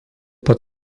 pat